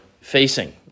facing